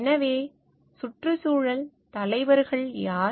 எனவே சுற்றுச்சூழல் தலைவர்கள் யார்